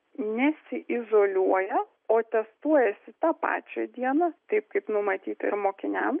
nesiizoliuoja o testuojasi tą pačią dieną taip kaip numatyta ir mokiniams